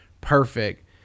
perfect